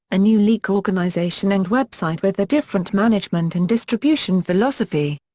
a new leak organisation and website with a different management and distribution philosophy.